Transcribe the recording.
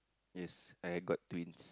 yes I got twins